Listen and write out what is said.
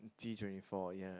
D twenty four ya